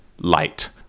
light